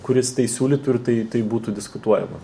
kuris tai siūlytų ir tai tai būtų diskutuojama